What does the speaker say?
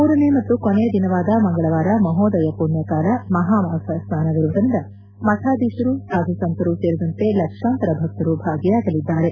ಮೂರನೆ ಮತ್ತು ಕೊನೆಯ ದಿನವಾದ ಮಂಗಳವಾರ ಮಹೋದಯ ಮಣ್ಣಕಾಲ ಮಹಾಮಾಘ ಸ್ನಾನವಿರುವುದರಿಂದ ಮತಾಧಿಶರು ಸಾಧುಸಂತರು ಸೇರಿದಂತೆ ಲಕ್ಷಾಂತರ ಭಕ್ತರು ಭಾಗಿಯಾಗಲಿದ್ದಾರೆ